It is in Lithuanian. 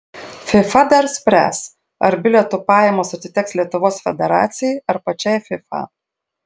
fifa dar spręs ar bilietų pajamos atiteks lietuvos federacijai ar pačiai fifa